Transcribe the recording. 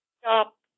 stop